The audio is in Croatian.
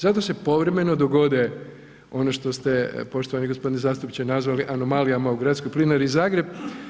Zato se povremeno dogode ono što ste poštovani gospodine zastupniče nazvali anomalijama u Gradskoj plinari Zagreb.